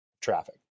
traffic